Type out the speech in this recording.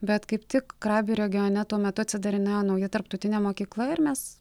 bet kaip tik krabi regione tuo metu atsidarinėjo nauja tarptautinė mokykla ir mes